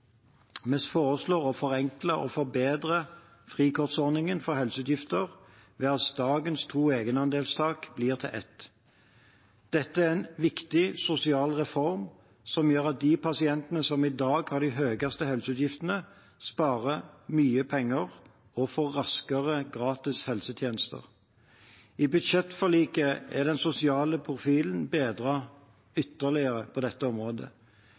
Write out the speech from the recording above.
Vi foreslår å forenkle og forbedre frikortordningen for helseutgifter ved at dagens to egenandelstak blir til ett. Dette er en viktig sosial reform som gjør at de pasientene som i dag har de høyeste helseutgiftene, sparer mye penger og får raskere gratis helsetjenester. I budsjettforliket er den sosiale profilen bedret ytterligere på dette området.